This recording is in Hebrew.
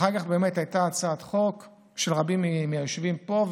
אחר כך הייתה באמת הצעת חוק של רבים מהיושבים פה,